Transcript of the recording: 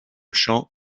chant